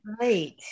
right